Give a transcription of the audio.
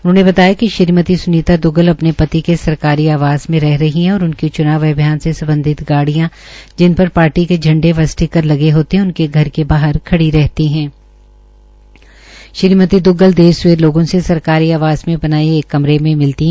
उन्होंने बताया कि श्रीमती स्नीता द्ग्गल अपने पति के सरकारी आवास में रह रही हैं और उनकी च्नाव अभियान से संबंधित गाडिय़ां जिन पर पार्टी के झंडे व स्टीकर लगे होते हैं उनके घर के बाहर खड़ी रहती हैं और श्रीमती द्ग्गल देर सवेर लोगों से सरकारी आवास में बनाए गए एक कमरे में मिलती हैं